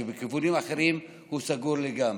כי בכיוונים אחרים הוא סגור לגמרי.